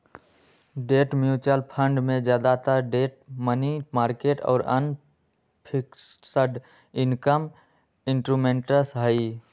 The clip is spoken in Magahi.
डेट म्यूचुअल फंड ज्यादातर डेट, मनी मार्केट और अन्य फिक्स्ड इनकम इंस्ट्रूमेंट्स हई